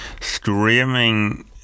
streaming